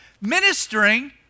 ministering